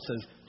says